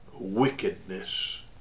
wickedness